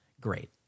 great